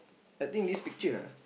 I think this picture ah